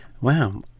Wow